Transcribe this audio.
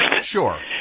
Sure